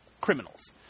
criminals